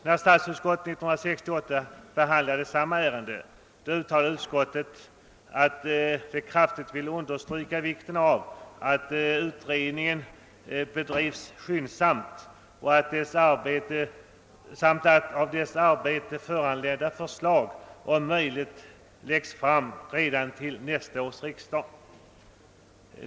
När statsutskottet år 1968 behandlade detta ärende ville utskottet kraftigt understryka vikten av att utredningen bedrevs skyndsamt samt att av dess arbete föranledda förslag om möjligt skulle läggas fram redan till påföljande års riksdag.